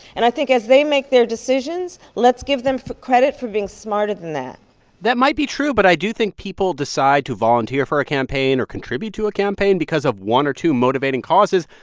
and i think as they make their decisions, let's give them credit for being smarter than that that might be true. but i do think people decide to volunteer for a campaign or contribute to a campaign because of one or two motivating causes.